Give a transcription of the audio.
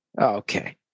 Okay